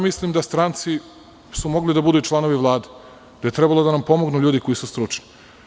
Mislim da su stranci mogli da budu i članovi Vlade, da je trebalo da nam pomognu ljudi koji su stručni.